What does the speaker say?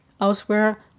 Elsewhere